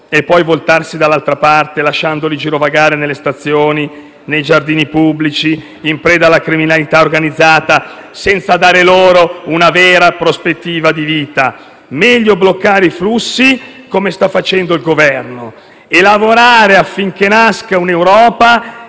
e poi voltarsi dall'altra parte, lasciandoli girovagare nelle stazioni, nei giardini pubblici, in preda alla criminalità organizzata, senza dare loro una vera prospettiva di vita. Meglio bloccare i flussi, come sta facendo il Governo, e lavorare affinché nasca un'Europa